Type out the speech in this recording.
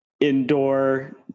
indoor